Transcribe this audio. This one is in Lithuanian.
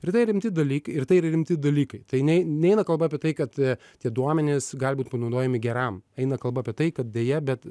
ir tai rimti dalykai ir tai yra rimti dalykai tai nei neina kalba apie tai kad tie duomenys gali būt panaudojami geram eina kalba apie tai kad deja bet